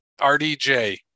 RDJ